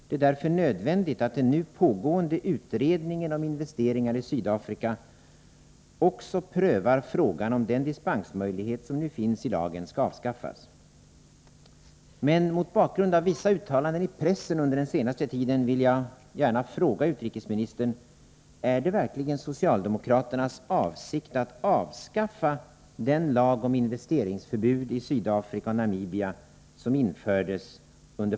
Det är därför nödvändigt att den nu pågående utredningen om investeringar i Sydafrika också prövar frågan om den dispensmöjlighet som nu finns i lagen skall avskaffas.